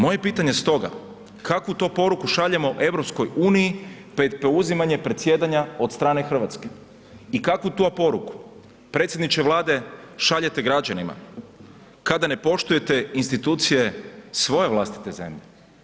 Moje je pitanje stoga kakvu to poruku šaljemo EU pred preuzimanje predsjedanja od strane Hrvatske i kakvu to poruku predsjedniče Vlade šaljete građanima kada ne poštujete institucije svoje vlastite zemlje?